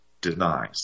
denies